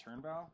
Turnbow